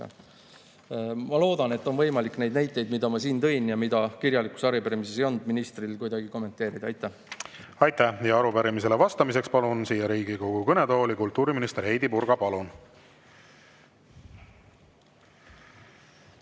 Ma loodan, et on võimalik neid näiteid, mida ma siin tõin ja mida kirjalikus arupärimises ei ole, ministril kuidagi kommenteerida. Aitäh! Aitäh! Arupärimisele vastamiseks palun Riigikogu kõnetooli kultuuriminister Heidy Purga. Palun!